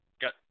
got